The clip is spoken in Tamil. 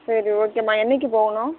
சரி ஓகேம்மா என்னக்கு போகணும்